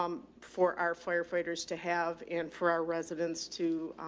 um for our firefighters to have and for our residents to